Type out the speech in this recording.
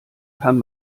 kann